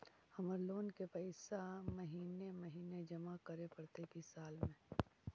हमर लोन के पैसा महिने महिने जमा करे पड़तै कि साल में?